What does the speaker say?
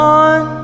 on